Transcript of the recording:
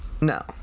No